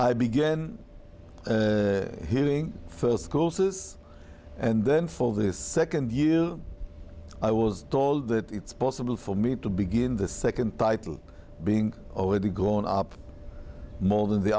i began hearing first school says and then full the second year i was told that it's possible for me to begin the second title being already gone up more than the